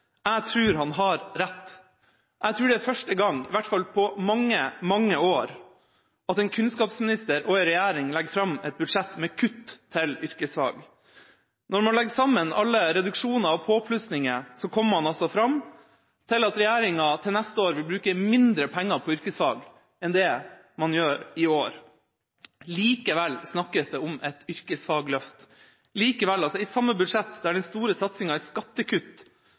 Jeg tror han har rett. Jeg tror det er første gang, i hvert fall på mange, mange år, at en kunnskapsminister og en regjering legger fram et budsjett med kutt til yrkesfag. Når man legger sammen alle reduksjoner og påplussinger, kommer man fram til at regjeringa til neste år vil bruke mindre penger på yrkesfag enn det man gjør i år. Likevel snakkes det om et yrkesfagløft. I det samme budsjett der den store satsinga er skattekutt